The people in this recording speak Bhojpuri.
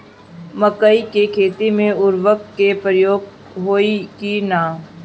मकई के खेती में उर्वरक के प्रयोग होई की ना?